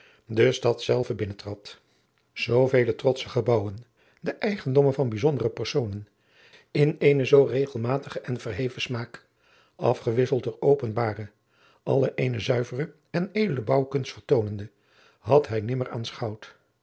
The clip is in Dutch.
de stad zelve binnentrad zoovele trotsche gebouwen de eigendommen van bijzondere personen in eenen zoo regelmatigen en verheven smaak afgewisseld door openbare alle eene zuivere en edele bouwkunst vertoonende had hij nimmer